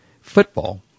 football